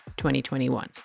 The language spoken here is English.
2021